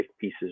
pieces